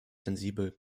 sensibel